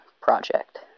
project